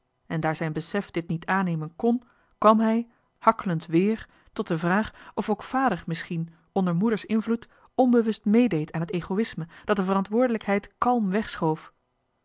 en daar zijn besef dit niet aannemen kn kwam hij hakkelend wéér tot de vraag of ook vader misschien onder moeder's invloed onbewust meedeed aan t egoisme dat de verantwoordelijkheid kalm